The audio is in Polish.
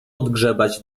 odgrzebać